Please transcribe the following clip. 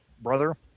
brother